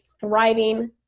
thriving